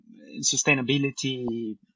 sustainability